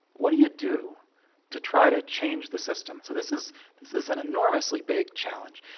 what do you do to try to change the system? so this is this is an enormously big challenge,